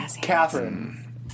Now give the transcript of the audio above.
Catherine